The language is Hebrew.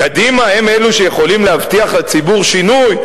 קדימה הם אלה שיכולים להבטיח לציבור שינוי?